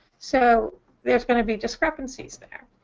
so there's going to be discrepancies there.